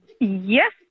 Yes